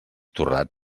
torrat